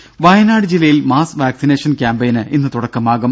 ദര വയനാട് ജില്ലയിൽ mass vaccination ക്യാംപയിന് ഇന്ന് തുടക്കമാകും